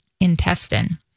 intestine